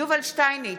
יובל שטייניץ,